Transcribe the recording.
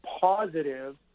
positive